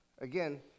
again